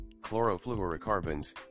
Chlorofluorocarbons